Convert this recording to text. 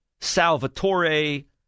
Salvatore